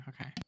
okay